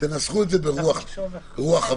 תנסחו את זה ברוח הוועדה.